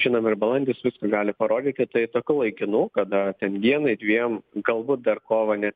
žinome ir balandis viską gali parodyti tai tokių laikinų kada ten vienai dviem galbūt dar kovą net